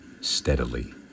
steadily